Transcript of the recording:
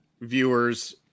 viewers